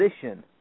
position